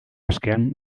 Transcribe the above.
askean